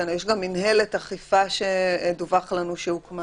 יש גם מנהלת אכיפה שדווח לנו שהוקמה,